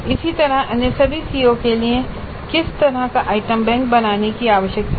इसी तरह अन्य सभी सीओ के लिए किस तरह का आइटम बैंक बनाने की जरूरत है